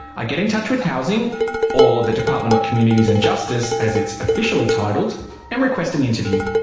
i get in touch with housing or, the department of communities and justice, as it's officially titled and request an interview.